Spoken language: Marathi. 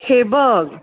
हे बघ